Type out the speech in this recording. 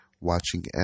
watching